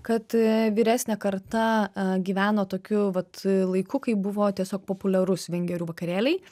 kad vyresnė karta gyveno tokiu vat laiku kaip buvo tiesiog populiaru svingerių vakarėliai